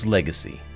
Legacy